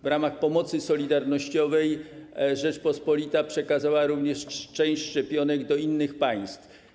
W ramach pomocy solidarnościowej Rzeczpospolita przekazała również część szczepionek do innych państw.